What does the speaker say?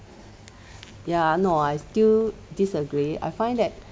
ya no I still disagree I find that